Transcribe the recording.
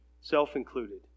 self-included